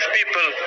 people